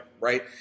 Right